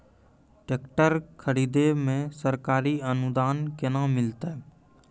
Tractor खरीदै मे सरकारी अनुदान केना मिलतै?